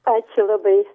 ačiū labai